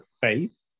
face